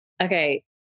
Okay